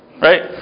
right